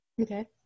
Okay